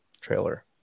Trailer